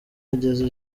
ageze